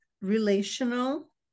Relational